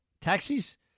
taxis